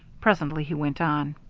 presently he went on.